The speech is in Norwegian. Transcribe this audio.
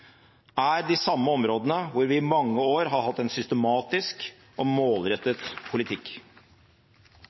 er de samme områdene hvor vi i mange år har hatt en systematisk og målrettet politikk.